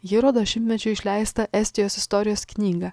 ji rodo šimtmečiui išleistą estijos istorijos knygą